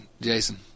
Jason